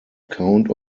count